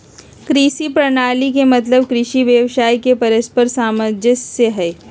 कृषि प्रणाली के मतलब कृषि व्यवसाय के परस्पर सामंजस्य से हइ